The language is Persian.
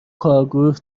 کارگروه